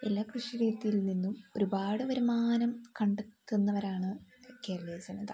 എല്ലാ കൃഷിരീതിയിൽ നിന്നും ഒരുപാട് വരുമാനം കണ്ടെത്തുന്നവരാണ് കേരളീയ ജനത